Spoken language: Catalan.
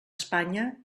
espanya